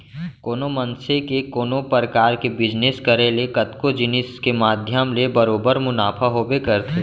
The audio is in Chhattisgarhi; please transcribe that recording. कोनो मनसे के कोनो परकार के बिजनेस करे ले कतको जिनिस के माध्यम ले बरोबर मुनाफा होबे करथे